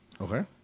Okay